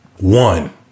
One